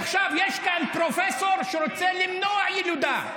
עכשיו יש כאן פרופסור שרוצה למנוע ילודה.